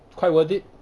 quite worth it